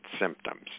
symptoms